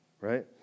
right